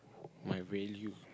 my value